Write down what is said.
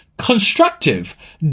constructive